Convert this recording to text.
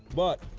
but,